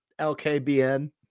LKBN